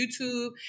YouTube